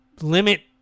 limit